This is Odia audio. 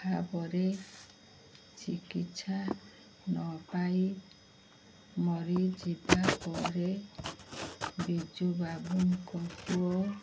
ଭାବରେ ଚିକିତ୍ସା ନପାଇ ମରିଯିବା ପରେ ବିଜୁ ବାବୁଙ୍କ ପୁଅ